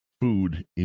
Food